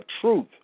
truth